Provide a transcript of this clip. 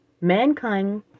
mankind